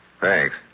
Thanks